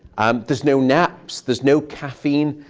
um there's no naps, there's no caffeine.